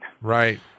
Right